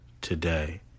today